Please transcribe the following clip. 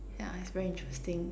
yeah it's very interesting